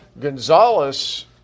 Gonzalez